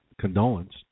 condolence